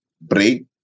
break